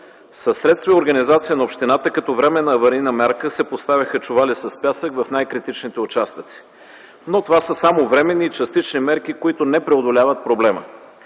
средства и организация на общината като временна аварийна мярка се поставиха чували с пясък в най-критичните участъци, но това са само временни и частични мерки, които не преодоляват проблема.